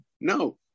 no